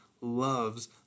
loves